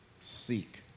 seek